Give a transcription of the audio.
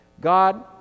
God